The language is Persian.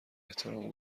احترام